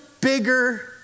bigger